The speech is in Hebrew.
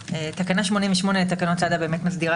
תקנה 88 לתקנות סדר הדין האזרחי מסדירה